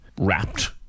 wrapped